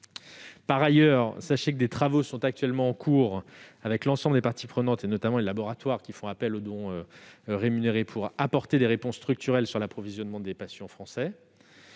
Par ailleurs, des travaux sont en cours avec l'ensemble des parties prenantes, notamment les laboratoires qui font appel aux dons rémunérés, pour trouver des réponses structurelles pour l'approvisionnement des patients français.